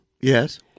Yes